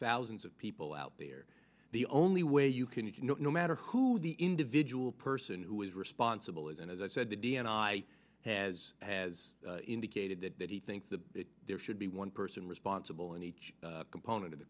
thousands of people out there the only way you can you know no matter who the individual person who is responsible is and as i said the d n i has has indicated that he thinks that there should be one person responsible in each component of the